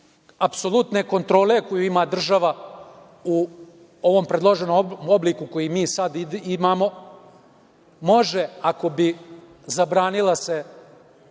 apsolutne kontrole koju ima država u ovom predloženom obliku koji mi sada imamo, može, ako bi se zabranilo